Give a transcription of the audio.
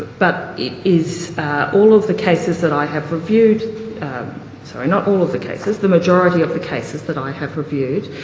but it is all of the cases that i have reviewed sorry, not all of the cases. the majority of the cases that i have reviewed,